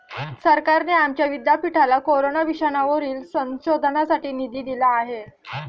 सरकारने आमच्या विद्यापीठाला कोरोना विषाणूवरील संशोधनासाठी निधी दिला आहे